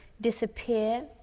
disappear